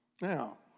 Now